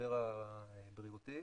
מהמשבר הבריאותי